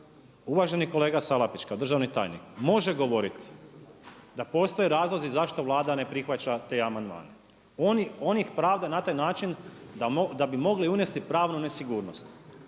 uvaženi kolega Salapić, kao državni tajnik može govoriti da postoje razlozi zašto Vlada ne prihvaća te amandmane. On ih pravda na taj način da bi mogli unesti pravnu nesigurnost.